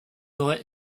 aurait